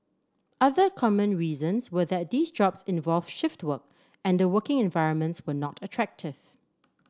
other common reasons were that these jobs involved shift work and the working environments were not attractive